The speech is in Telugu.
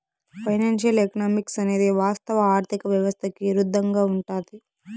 ఫైనాన్సియల్ ఎకనామిక్స్ అనేది వాస్తవ ఆర్థిక వ్యవస్థకి ఇరుద్దంగా ఉంటది